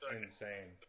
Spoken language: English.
insane